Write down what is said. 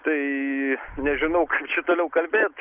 tai nežinau kaip čia toliau kalbėt